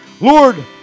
Lord